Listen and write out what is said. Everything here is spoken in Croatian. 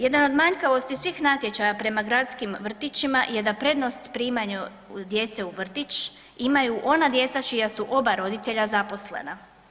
Jedan od manjkavosti svih natječaja prema gradskim vrtićima je da prednost primanju djece u vrtić imaju ona djeca čija su oba roditelja zaposlena.